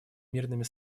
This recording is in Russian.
мирными